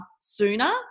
sooner